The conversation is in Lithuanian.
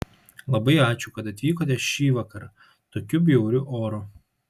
labai ačiū kad atvykote šįvakar tokiu bjauriu oru